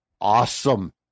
awesome